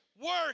work